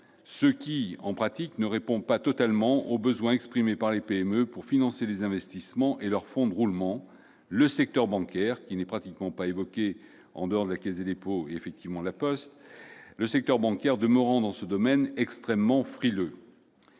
ce qui, en pratique, ne répond pas totalement aux besoins exprimés par les PME pour financer leurs investissements et leur fonds de roulement. Le secteur bancaire, qui n'est pratiquement pas évoqué en dehors de la Caisse des dépôts et de La Poste, demeure extrêmement frileux